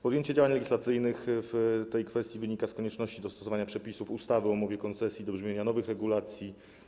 Podjęcie działań legislacyjnych w tej kwestii wynika z konieczności dostosowania przepisów ustawy o umowie koncesji do brzmienia nowych regulacji